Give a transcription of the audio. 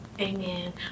amen